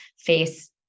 face